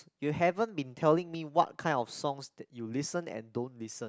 you haven't been telling me what kind of songs you listen and don't listen